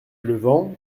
levant